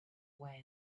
way